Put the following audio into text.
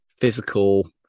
physical